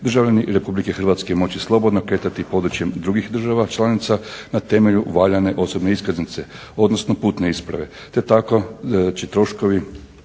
državljani RH moći slobodno se kretati područjem drugih država članica na temelju valjane osobne iskaznice, odnosno putne isprave